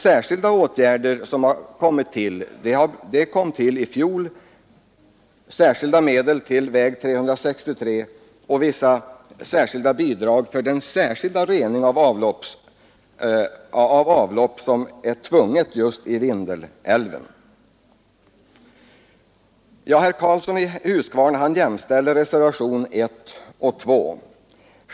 Särskilda åtgärder kom till i fjol, nämligen särskilda medel till väg 363 och vissa bidrag för den särskilda rening av avlopp som är nödvändig att göra just i Vindelälven. Herr Karlsson i Huskvarna jämställer reservationerna 1 och 2. Den ena är en avskrift av den andra.